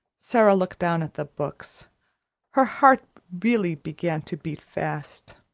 sara looked down at the books her heart really began to beat fast.